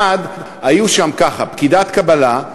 1. היו שם כך: פקידת קבלה,